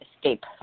escape